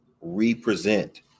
represent